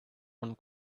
one